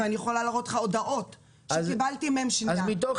ואני יכולה להראות לך הודעות שקיבלתי מהם --- מתוך